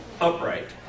upright